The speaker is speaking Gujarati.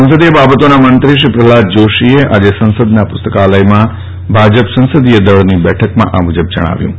સંસદીય બાબતોના મંત્રીશ્રી પ્રહલાદ જોશીએ આજે સંસદ પુસ્તકાલયમાં ભાજપ સંસદિયદળની બેઠકમાં આ મુજબ જણાવ્યું છે